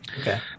Okay